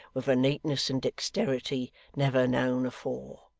with a neatness and dexterity, never known afore.